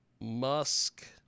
Musk